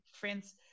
Friends